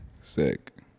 Sick